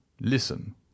Listen